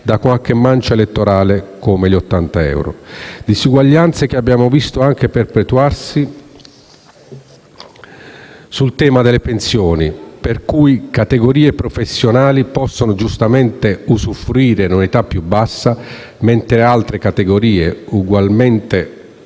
da qualche mancia elettoralistica come gli 80 euro. Disuguaglianze che abbiamo visto perpetuarsi anche sul tema delle pensioni, per cui categorie professionali possono giustamente usufruirne ad un'età più bassa, mentre altre categorie